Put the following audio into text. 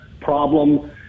problem